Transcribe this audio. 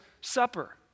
Supper